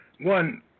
one